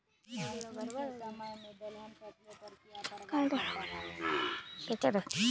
IFSC code के सऊसे नाओ इंडियन फाइनेंशियल सिस्टम कोड हई